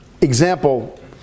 Example